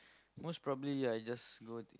most probably I just go